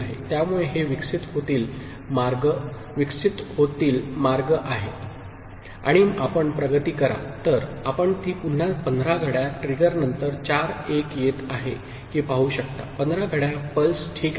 त्यामुळे हे विकसित होतील मार्ग आहे आणि आपण प्रगती करा तर आपण ती पुन्हा 15 घड्याळ ट्रिगर नंतर चार 1 येत आहे की पाहू शकता15 घड्याळ पल्स ठीक आहे